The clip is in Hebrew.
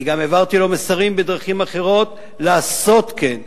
אני גם העברתי לו מסרים בדרכים אחרות לעשות כן,